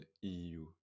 EU